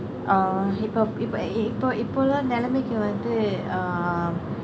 uh இப்போ எப்படி இப்ப இப்போ எல்லாம் நிலைமைக்கு வந்து:ippoo eppadi ippa ippoo ellaam nilamaikku vandthu um